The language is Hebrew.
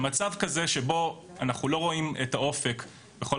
במצב כזה שבו אנחנו לא רואים את האופק בכל